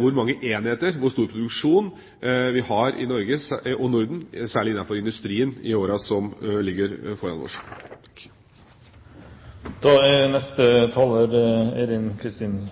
hvor mange enheter, hvor stor produksjon, vi vil ha i Norge og i Norden, særlig innenfor industrien, i årene som ligger foran oss. Norge er